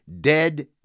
dead